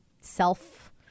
self